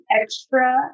extra